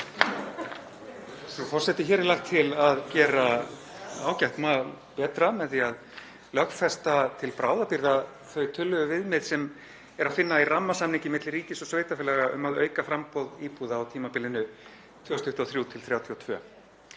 Frú forseti. Hér er lagt til að gera ágætt mál betra með því að lögfesta til bráðabirgða þau tölulegu viðmið sem er að finna í rammasamningi milli ríkis og sveitarfélaga um að auka framboð íbúða á tímabilinu 2023–2032,